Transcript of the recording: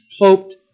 hoped